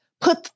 put